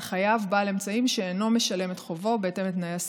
חייב בעל אמצעים שאינו משלם את חובו בהתאם לתנאי הסעיף.